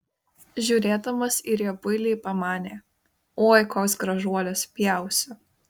žiūrėdamas į riebuilį pamanė oi koks gražuolis pjausiu